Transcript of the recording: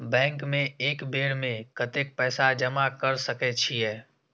Bank में एक बेर में कतेक पैसा जमा कर सके छीये?